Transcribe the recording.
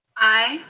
aye.